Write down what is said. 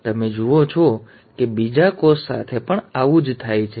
તેથી તમે જુઓ છો કે બીજા કોષ સાથે પણ આવું જ થાય છે